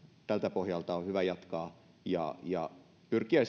tältä pohjalta on hyvä jatkaa ja ja pyrkiä